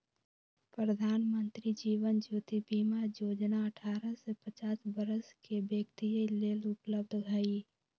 प्रधानमंत्री जीवन ज्योति बीमा जोजना अठारह से पचास वरस के व्यक्तिय लेल उपलब्ध हई